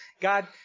God